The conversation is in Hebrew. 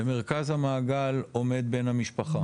במרכז המעגל עומד בן המשפחה.